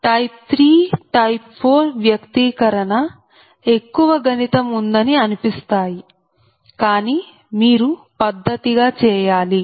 type 3 type 4 వ్యక్తీకరణ ఎక్కువ గణితం ఉందని అనిపిస్తాయి కానీ మీరు పద్ధతిగా చేయాలి